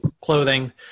clothing